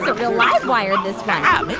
real live wire, this one. um and